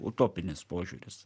utopinis požiūris